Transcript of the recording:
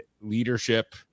leadership